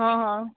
હં હં